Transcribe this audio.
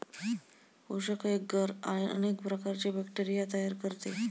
पोषक एग्गर अनेक प्रकारचे बॅक्टेरिया तयार करते